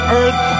earth